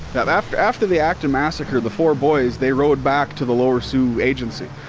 but after after the acton massacre, the four boys, they rode back to the lower sioux agency.